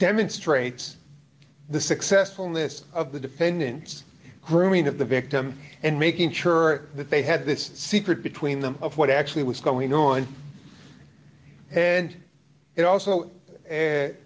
demonstrates the successfulness of the defendant's grooming of the victim and making sure that they had this secret between them of what actually was going on and it also